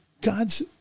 God's